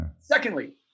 Secondly